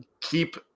keep